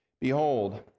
Behold